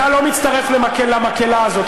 אתה לא מצטרף למקהלה-מקהלה הזאת,